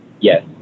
Yes